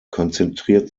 konzentriert